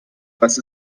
was